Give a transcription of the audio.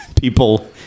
people